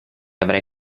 avrai